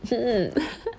mmhmm